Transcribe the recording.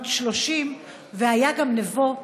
בנות 30. היה גם נבו,